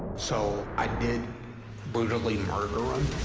so i did brutally murder him.